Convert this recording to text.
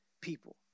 people